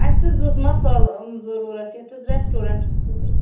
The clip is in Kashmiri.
اَسہِ حظ اوس مصالہٕ ضٔروٗرتھ یَتھ حظ ریٚسٹورنٹَس خٲطرٕ